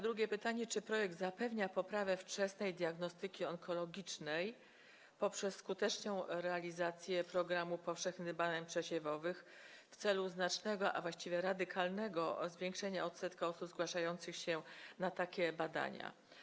Drugie pytanie: Czy projekt zapewnia poprawę wczesnej diagnostyki onkologicznej poprzez skuteczną realizację programu powszechnych badań przesiewowych w celu znacznego, a właściwie radykalnego zwiększenia odsetka osób zgłaszających się na takie badania?